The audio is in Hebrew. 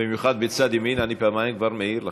במיוחד בצד ימין, אני פעמיים כבר מעיר לכם.